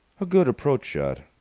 a good approach-shot.